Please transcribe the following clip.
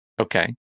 Okay